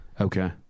Okay